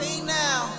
now